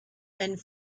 and